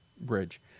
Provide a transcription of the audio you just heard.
bridge